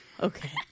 Okay